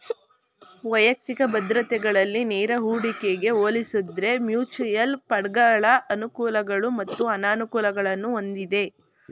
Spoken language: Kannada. ವೈಯಕ್ತಿಕ ಭದ್ರತೆಗಳಲ್ಲಿ ನೇರ ಹೂಡಿಕೆಗೆ ಹೋಲಿಸುದ್ರೆ ಮ್ಯೂಚುಯಲ್ ಫಂಡ್ಗಳ ಅನುಕೂಲಗಳು ಮತ್ತು ಅನಾನುಕೂಲಗಳನ್ನು ಹೊಂದಿದೆ